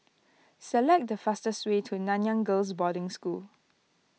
select the fastest way to Nanyang Girls' Boarding School